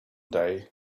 day